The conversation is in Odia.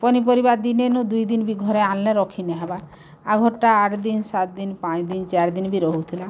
ପନିପରିବା ଦିନେ ନୁ ଦୁଇଦିନ୍ ବି ଘରେ ଆନ୍ଲେ ରଖି ନାଇଁହେବାର୍ ଆଘରଟା ଆଠ୍ ଦିନ୍ ସାତ୍ ଦିନ୍ ପାଞ୍ଚ୍ ଦିନ୍ ଚାର୍ ଦିନ୍ ବି ରହୁଥିଲା